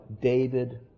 David